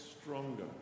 stronger